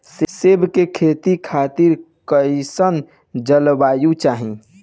सेब के खेती खातिर कइसन जलवायु चाही?